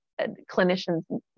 clinicians